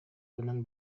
гынан